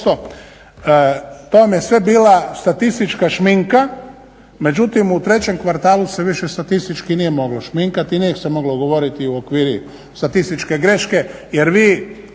0,2%. To vam je sve bila statistička šminka međutim u trećem kvartalu se više statistički nije moglo šminkati i nije se moglo govoriti u okvirima statističke greške jer vi